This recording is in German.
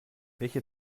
welche